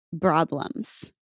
Problems